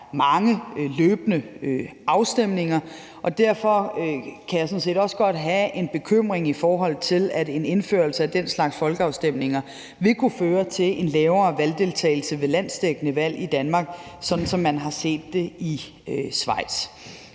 mange løbende afstemninger, og derfor kan jeg sådan set også godt have en bekymring, i forhold til om en indførelse af den slags folkeafstemninger vil kunne føre til en lavere valgdeltagelse ved landsdækkende valg i Danmark, sådan som man har set det i Schweiz.